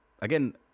again